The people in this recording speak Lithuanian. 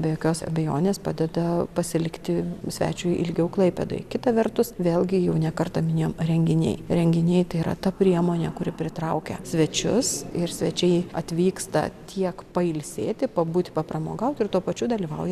be jokios abejonės padeda pasilikti svečiui ilgiau klaipėdoj kita vertus vėlgi jau ne kartą minėjom renginiai renginiai tai yra ta priemonė kuri pritraukia svečius ir svečiai atvyksta tiek pailsėti pabūti papramogauti ir tuo pačiu dalyvauja